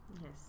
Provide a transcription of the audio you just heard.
yes